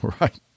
right